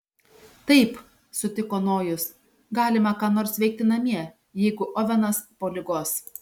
taip sutiko nojus galima ką nors veikti namie jeigu ovenas po ligos